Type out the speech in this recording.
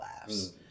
laughs